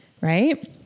Right